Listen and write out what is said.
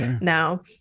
Now